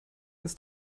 ist